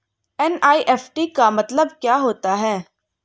NEFT का मतलब क्या होता है?